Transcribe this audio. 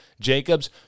Jacobs